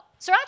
sriracha